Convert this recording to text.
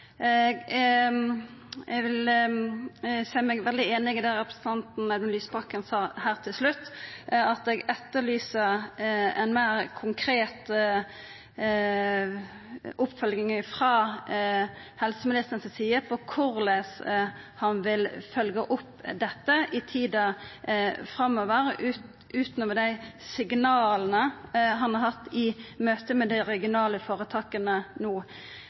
Eg vil seia meg svært einig i det representanten Audun Lysbakken sa til slutt. Eg etterlyser ei meir konkret oppfølging frå helseministeren si side – korleis han vil følgja opp dette i tida framover – utanom dei signala han har hatt i møte med dei regionale føretaka.